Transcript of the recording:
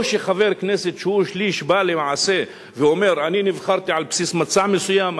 לא שחבר כנסת שהוא שליש בא למעשה ואומר: אני נבחרתי על בסיס מצע מסוים,